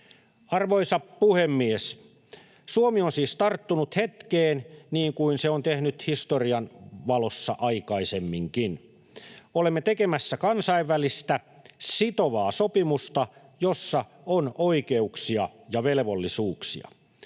Arvoisa puhemies! Suomi on siis tarttunut hetkeen niin kuin se on tehnyt historian valossa aikaisemminkin. Olemme tekemässä kansainvälistä sitovaa sopimusta, jossa on oikeuksia ja velvollisuuksia.